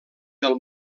del